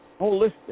holistic